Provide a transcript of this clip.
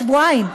שבועיים.